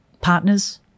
partners